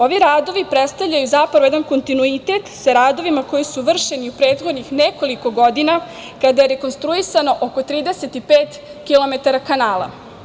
Ovi radovi predstavljaju zapravo jedan kontinuitet sa radovima koji su vršeni u prethodnih nekoliko godina kada je rekonstruisano oko 35 kilometara kanala.